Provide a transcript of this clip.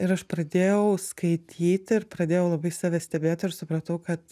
ir aš pradėjau skaityti ir pradėjau labai save stebėti ir supratau kad